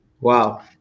Wow